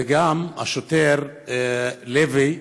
וגם השוטר לוי,